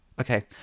Okay